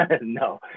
No